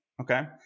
Okay